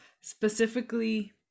specifically